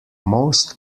most